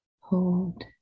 hold